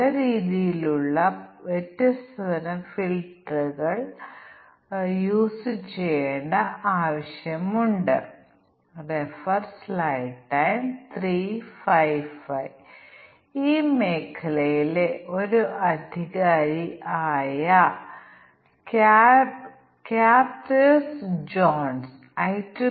ഉദാഹരണത്തിന് text font ബോഡിയാണെങ്കിൽ font style സാധാരണ അല്ലെങ്കിൽ ബോൾഡ് എന്ന് പറയട്ടെ തുടർന്ന് വലുപ്പം 38 ആണ് തുടർന്ന് ഫോണ്ട് നിറം ചുവപ്പായിരിക്കും തുടർന്ന് സൂപ്പർസ്ക്രിപ്റ്റ് ഓണാക്കുകയും എല്ലാ ക്യാപ്കളും ഓൺ ചെയ്യുകയും ചെയ്താൽ ഞങ്ങൾക്ക് ഒരു പ്രശ്നമുണ്ട്